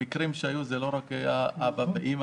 המקרים שהיו הם לא רק עם האבא והאימא,